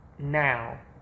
Now